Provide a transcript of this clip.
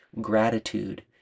gratitude